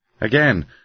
Again